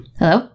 hello